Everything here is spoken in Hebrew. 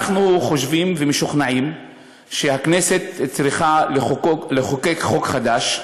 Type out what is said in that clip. אנחנו חושבים ומשוכנעים שהכנסת צריכה לחוקק חוק חדש,